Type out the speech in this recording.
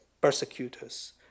persecutors